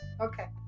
Okay